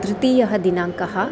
तृतीयदिनाङ्कः